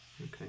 Okay